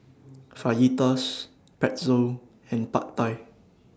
Fajitas Pretzel and Pad Thai